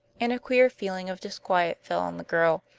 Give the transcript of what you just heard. and a queer feeling of disquiet fell on the girl,